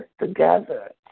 together